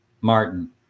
martin